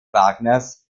wagners